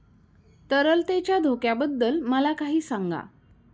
तरलतेच्या धोक्याबद्दल मला काही सांगा